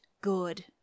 good